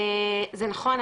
זה נכון,